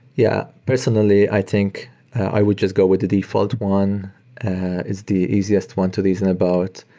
yeah. personally, i think i would just go with the default one is the easiest one to reason about.